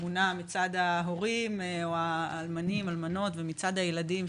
התמונה מצד ההורים או האלמנים והאלמנות ומצד הילדים.